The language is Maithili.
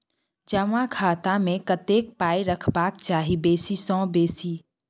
जमा खाता मे कतेक पाय रखबाक चाही बेसी सँ बेसी?